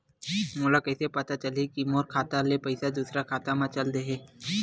मोला कइसे पता चलही कि मोर खाता ले पईसा दूसरा खाता मा चल देहे?